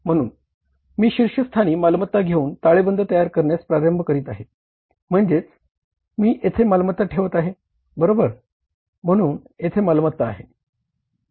म्हणून मी शीर्षस्थानी मालमत्ता घेऊन ताळेबंद तयार करण्यास प्रारंभ करत आहे म्हणजे मी येथे मालमत्ता ठेवत आहे बरोबर म्हणून येथे मालमत्ता आहे